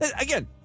again